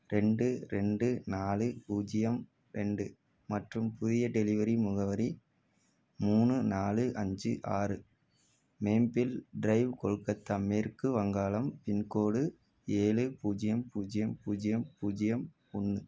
ரெண்டு ரெண்டு நாலு பூஜ்ஜியம் ரெண்டு மற்றும் புதிய டெலிவரி முகவரி மூணு நாலு அஞ்சு ஆறு மேம்பில் ட்ரைவ் கொல்கத்தா மேற்கு வங்காளம் பின்கோடு ஏழு பூஜ்ஜியம் பூஜ்ஜியம் பூஜ்ஜியம் பூஜ்ஜியம் ஒன்று